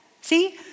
See